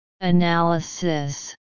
Analysis